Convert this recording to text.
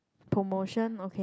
promotion okay